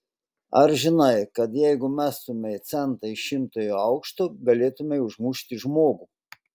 ar žinai kad jeigu mestumei centą iš šimtojo aukšto galėtumei užmušti žmogų